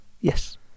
Yes